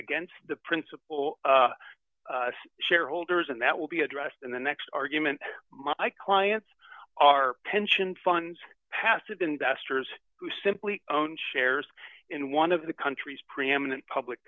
against the principle shareholders and that will be addressed in the next argument my clients are pension funds passive investors who simply own shares in one of the country's preeminent public